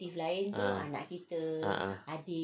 a'ah